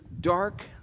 dark